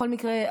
בכל מקרה,